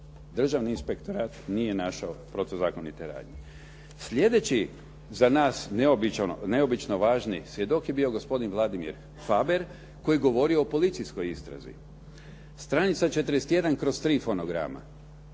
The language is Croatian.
Državni inspektorat nije našao protuzakonite radnje.". Slijedeći za nas neobično važni svjedok je bio gospodin Vladimir Faber koji je govorio o policijskoj istrazi. Stranica 41/3 fonograma,